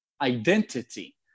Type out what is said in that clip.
identity